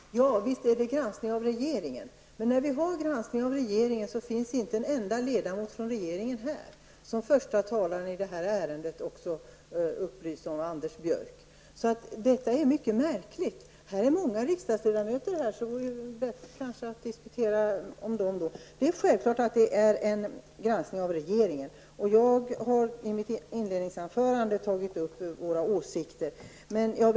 Herr talman! Visst är det fråga om en granskning av regeringen. Men när nu regeringen granskas finns inte en enda ledamot av regeringen här i kammaren, vilket förste talaren i detta ärende, Anders Björck, också upplyste om. Detta är mycket märkligt. Här finns många riksdagsledamöter som är beredda att diskutera med regeringen. Självfallet är det här fråga om en granskning av regeringen. Jag tog i mitt inledningsanförande upp miljöpartiets åsikter i denna fråga.